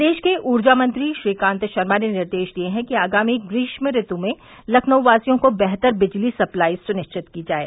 प्रदेश के ऊर्जा मंत्री श्रीकांत शर्मा ने निर्देश दिये हैं कि आगामी ग्रीष्म ऋतु में लखनऊवासियों को बेहतर बिजली सप्लाई सुनिश्चित की जाये